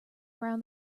around